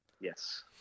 Yes